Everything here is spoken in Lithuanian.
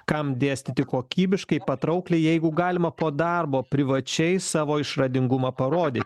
kam dėstyti kokybiškai patraukliai jeigu galima po darbo privačiai savo išradingumą parodyt